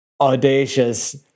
audacious